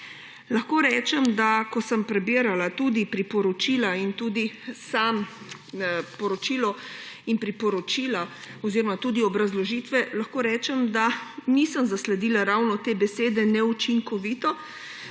lahko rečem, da ko sem prebirala tudi priporočila in tudi samo poročilo oziroma tudi obrazložitve, nisem zasledila ravno te besede »neučinkovito«,